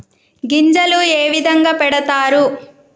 గింజలు ఏ విధంగా పెడతారు?